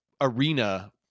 arena